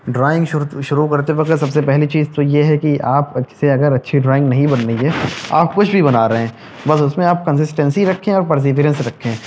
drawing شروع کرتے وقت سب سے پہلی چیز تو یہ ہے کہ آپ سے اگر اچھی ڈرائنگ نہیں بن رہی ہے آپ کچھ بھی بنا رہے ہیں بس اس میں آپ کنسسٹینسی رکھیں اور پرسیورینس رکھیں